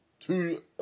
Two